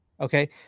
Okay